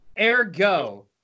ergo